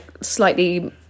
slightly